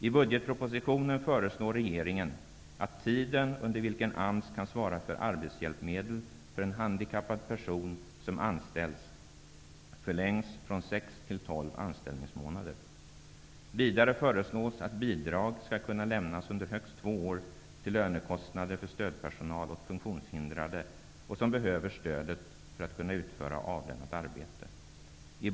I budgetpropositionen föreslår regeringen att tiden under vilken AMS kan svara för arbetshjälpmedel för en handikappad person som anställs förlängs från sex till tolv anställningsmånader. Vidare förslås att bidrag skall kunna lämnas under högst två år till lönekostnader för stödpersonal åt funktionshindrade som behöver stödet för att kunna utföra arbetet.